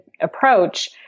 approach